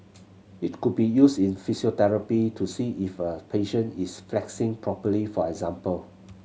it could be used in physiotherapy to see if a patient is flexing properly for example